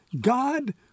God